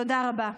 תודה רבה.